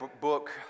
book